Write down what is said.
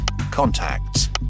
contacts